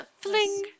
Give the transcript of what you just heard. Fling